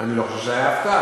אני לא חושב שהייתה הפתעה.